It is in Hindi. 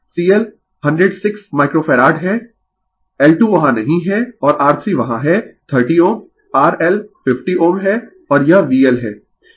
CL 106 माइक्रो फैराड है L2 वहां नहीं है और R3 वहां है 30Ω R L 50Ω है और यह V L है